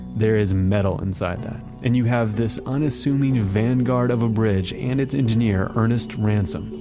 there is metal inside that. and you have this unassuming vanguard of a bridge and its engineer ernest ransome,